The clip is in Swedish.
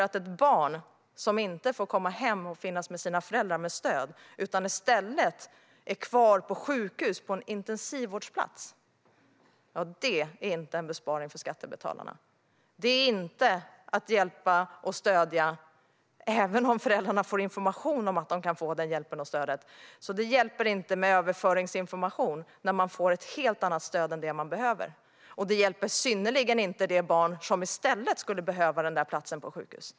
Att ett barn inte får komma hem och vara med sina föräldrar med stöd utan i stället är kvar på sjukhus på en intensivvårdsplats innebär inte en besparing för skattebetalarna. Det är inte att hjälpa och stödja, även om föräldrarna får information om att de kan få den hjälpen och det stödet. Det hjälper inte med överföringsinformation när man får ett helt annat stöd än det man behöver. Och det hjälper sannerligen inte det barn som i stället skulle behöva den där platsen på sjukhuset.